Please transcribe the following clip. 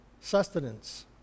sustenance